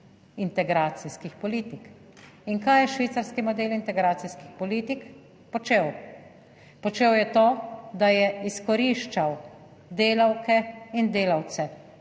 integracijskih politik. In kaj je švicarski model integracijskih politik počel - počel je to, da je izkoriščal delavke in delavce,